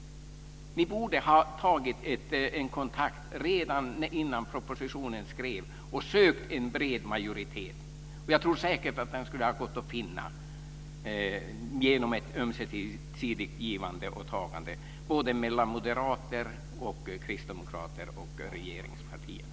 Ni borde ha tagit en kontakt redan innan propositionen skrevs och sökt en bred majoritet. Jag tror säkert att den skulle ha gått att finna genom ett ömsesidigt givande och tagande mellan moderater, kristdemokrater och regeringspartierna.